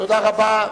תודה רבה.